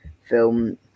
film